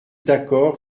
d’accord